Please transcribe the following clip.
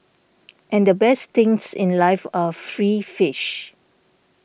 and the best things in life are free fish